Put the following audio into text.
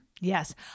Yes